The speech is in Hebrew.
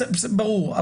בסדר, ברור.